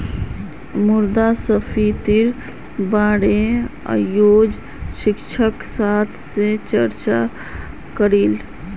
मुद्रास्फीतिर बारे अयेज शिक्षक सभा से चर्चा करिल